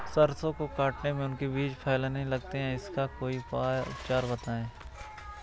सरसो को काटने में उनके बीज फैलने लगते हैं इसका कोई उपचार बताएं?